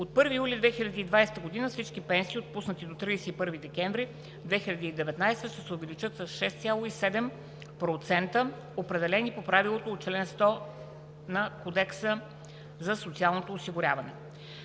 От 1 юли 2020 г. всички пенсии, отпуснати до 31 декември 2019 г., се увеличават с 6,7% – процент, определен по правилото на чл. 100 от Кодекса за социалното осигуряване.